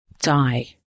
die